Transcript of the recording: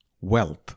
Wealth